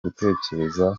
gutekereza